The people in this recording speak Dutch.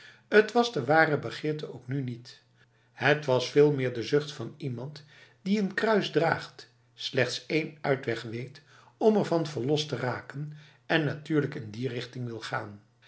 het was de ware begeerte ook nu niet het was veel meer de zucht van iemand die een kruis draagt slechts één uitweg weet om ervan verlost te raken en natuurlijk in die richting wil gaan